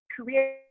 career